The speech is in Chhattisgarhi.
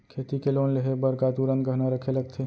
खेती के लोन लेहे बर का तुरंत गहना रखे लगथे?